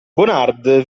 bonard